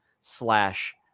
slash